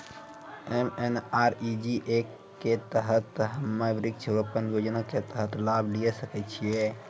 MNREGA के तहत हम्मय वृक्ष रोपण योजना के तहत लाभ लिये सकय छियै?